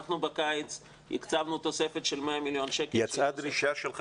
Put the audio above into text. בקיץ אנחנו הקצבנו תוספת של 100 מיליון שקל --- יצאה דרישה שלך,